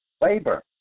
Labor